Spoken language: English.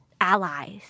allies